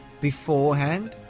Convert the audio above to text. Beforehand